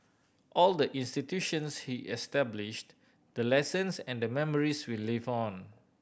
all the institutions he established the lessons and the memories will live on